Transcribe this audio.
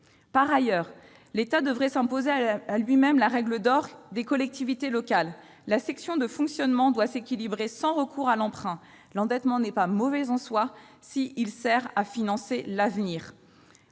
Par ailleurs, l'État devrait s'imposer à lui-même la règle d'or des collectivités locales : la section de fonctionnement doit s'équilibrer sans recours à l'emprunt ; l'endettement n'est pas mauvais en soi s'il sert à financer l'avenir.